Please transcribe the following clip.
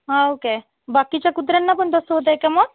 हां ओके बाकीच्या कुत्र्यांना पण तसं होत आहे का मग